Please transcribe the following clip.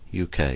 UK